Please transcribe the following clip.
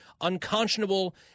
unconscionable